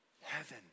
heaven